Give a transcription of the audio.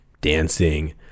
dancing